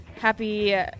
Happy